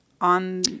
on